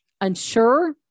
unsure